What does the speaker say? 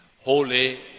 Holy